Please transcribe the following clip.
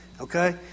okay